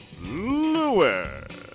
Lewis